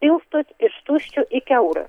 pilstot iš tuščio į kiaurą